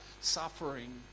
suffering